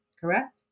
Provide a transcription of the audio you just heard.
correct